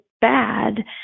bad